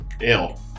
ill